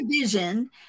vision